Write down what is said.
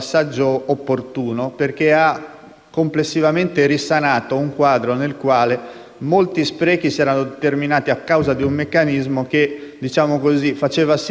complessivamente ha risanato un quadro in cui molti sprechi si erano determinati a causa di un meccanismo che faceva sì che l'ente che spendeva non era lo stesso